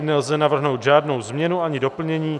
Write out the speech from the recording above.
Nelze navrhnout žádnou změnu ani doplnění.